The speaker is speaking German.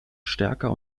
stärker